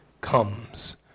comes